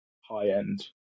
high-end